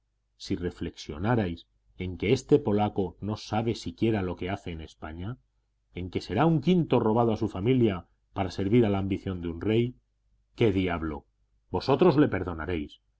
si reflexionarais en que este polaco no sabe siquiera lo que hace en españa en que será un quinto robado a su familia para servir a la ambición de un rey qué diablo vosotros le perdonaréis